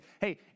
hey